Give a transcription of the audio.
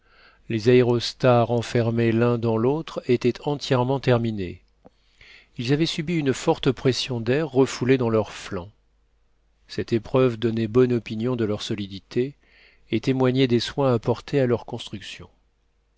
les aérostats renfermés l'un dans l'autre étaient entièrement terminés ils avaient subi une forte pression d'air refoulé dans leurs flancs cette épreuve donnait bonne opinion de leur solidité et témoignait des soins apportés à leur construction